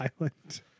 island